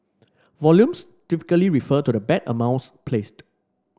volumes typically refer to the bet amounts placed